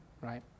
right